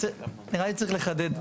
נראה לי צריך לחדד.